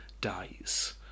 dies